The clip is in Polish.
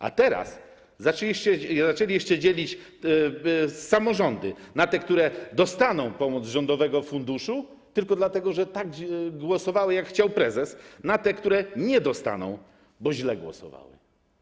A teraz zaczęli jeszcze dzielić samorządy na te, które dostaną pomoc z rządowego funduszu tylko dlatego, że głosowały, jak chciał prezes, i na te, które nie dostaną, bo źle głosowały.